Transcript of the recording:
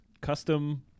custom